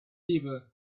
people